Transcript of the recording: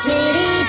City